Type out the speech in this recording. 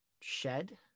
shed